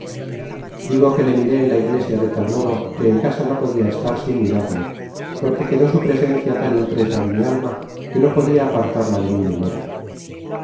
digo que le miré en la iglesia de tal modo que en casa no podia estar sin mirarle porque quedó su presencia tan impresa en mi alma que no podia apartarla de mi memoria